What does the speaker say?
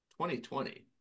2020